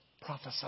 prophesy